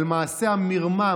על מעשה המרמה,